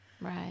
Right